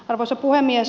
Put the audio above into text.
arvoisa puhemies